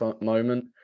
moment